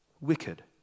wicked